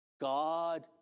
God